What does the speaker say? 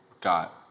got